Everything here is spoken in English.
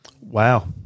Wow